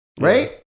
right